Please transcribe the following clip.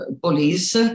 police